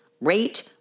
rate